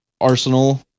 arsenal